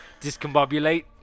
Discombobulate